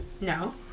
No